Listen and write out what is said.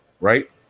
right